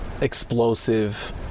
explosive